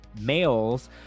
males